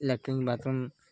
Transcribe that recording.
latrine bathroom